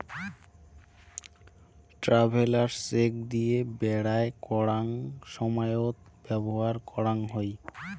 travellers cheque দিয়ে বেরায় করাঙ সময়ত ব্যবহার করাং হই